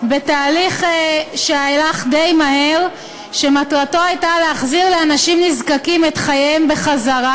בתהליך שהלך די מהר ומטרתו הייתה להחזיר לאנשים נזקקים את חייהם בחזרה.